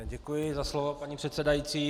Děkuji za slovo, paní předsedající.